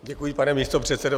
Děkuji, pane místopředsedo.